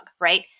right